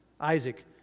Isaac